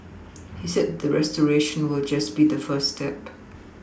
he said the restoration will just be the first step